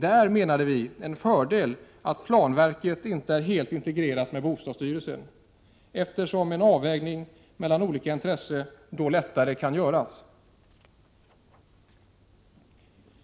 Det är, menade vi, en fördel att planverket inte är helt integrerat med bostadsstyrelsen, eftersom en avvägning mellan olika intressen då lättare kan göras.